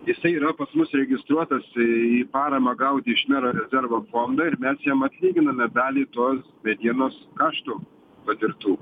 jisai yra pas mus registruotas į paramą gauti iš mero rezervo fondo ir mes jiem atlyginame dalį tos medienos kaštų patirtų